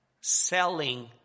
selling